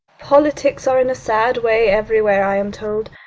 politics are in a sad way everywhere, i am told.